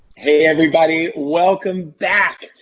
hey, everybody welcome back.